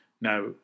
Now